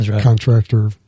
contractor